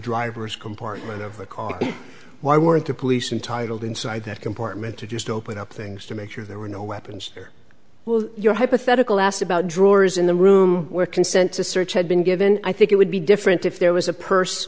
driver's compartment of the car why weren't the police and titled inside that compartment to just open up things to make sure there were no weapons there well your hypothetical asked about drawers in the room where consent to search had been given i think it would be different if there was a purse